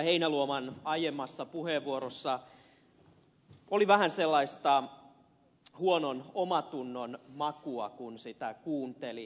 heinäluoman aiemmassa puheenvuorossa oli vähän sellaista huonon omantunnon makua kun sitä kuunteli